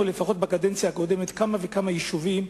בקדנציה הקודמת אנחנו סיירנו בכמה וכמה יישובים,